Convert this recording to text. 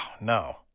no